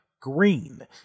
Green